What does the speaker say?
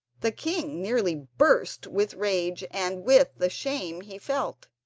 the king nearly burst with rage and with the shame he felt.